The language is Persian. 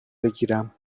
بگیرم